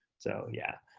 so yeah.